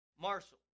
Marshall